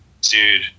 dude